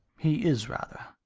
he is rather.